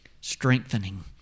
strengthening